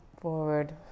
forward